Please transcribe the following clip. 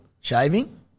Shaving